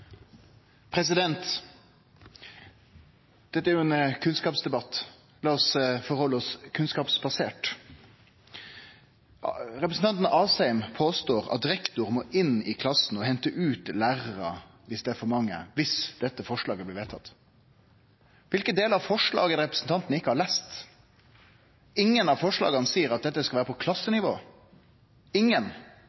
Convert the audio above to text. rekruttering. Dette er ein kunnskapsdebatt – la oss halde oss kunnskapsbaserte. Representanten Asheim påstår at viss dette forslaget blir vedtatt, må rektor inn i klassen og hente ut lærarar – viss det er for mange. Kva delar av forslaget har representanten ikkje lese? Ingen av forslaga seier at dette skal vere på